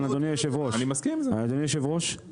אדוני היושב ראש, לנו הייתה